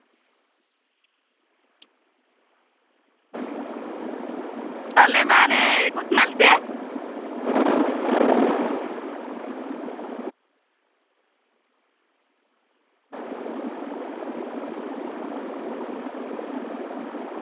ᱟᱞᱮ ᱢᱟ ᱦᱟᱱᱮ ᱮᱠᱩᱥ ᱢᱟᱹᱭᱤᱞ ᱥᱮᱫ